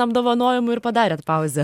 apdovanojimų ir padarėt pauzę